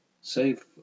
save